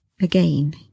again